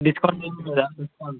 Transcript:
discount ఏమి లేదా discount